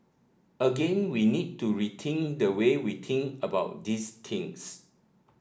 again we need to waiting the way we waiting about these things